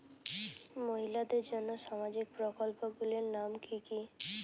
মহিলাদের জন্য সামাজিক প্রকল্প গুলির নাম কি কি?